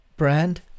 brand